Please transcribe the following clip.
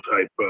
type